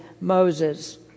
Moses